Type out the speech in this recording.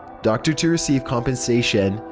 doctor to receive compensation.